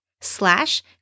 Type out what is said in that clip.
slash